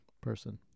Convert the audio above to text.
person